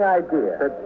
idea